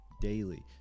daily